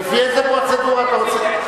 לפי איזו פרוצדורה אתה רוצה?